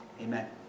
Amen